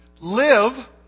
Live